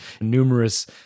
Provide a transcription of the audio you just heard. numerous